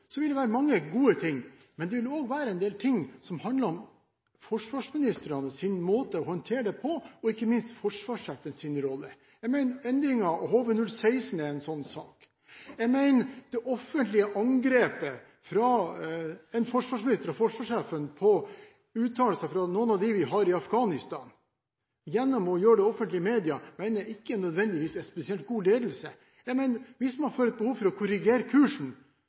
Så treffsikkerheten er vel en smule variabel her. Jeg tror at når man skal oppsummere denne fireårsperioden, vil det være mange gode ting. Men det vil også være en del ting som handler om forsvarsministrenes måte å håndtere det på, og ikke minst om forsvarssjefens rolle. Jeg mener endringen av HV-016 er en sånn sak. Jeg mener det offentlige angrepet – gjennom å gjøre det i media – fra en forsvarsminister og forsvarssjefen på uttalelser fra noen av dem vi har i Afghanistan, ikke nødvendigvis er spesielt god ledelse. Hvis man føler behov for å korrigere kursen,